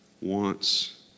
wants